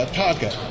target